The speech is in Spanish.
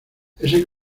ese